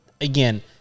again